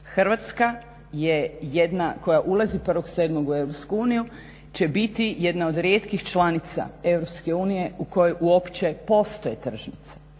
Hrvatska je jedna koja ulazi 1.7. u EU će biti jedna od rijetkih članica EU u kojoj uopće postoje tržnice,